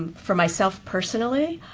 for myself personally,